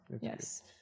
Yes